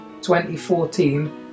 2014